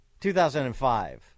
2005